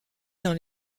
dans